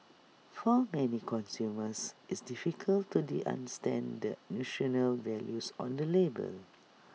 for many consumers it's difficult to they understand nutritional values on the label